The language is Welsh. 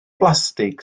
blastig